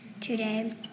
today